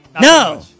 No